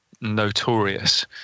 notorious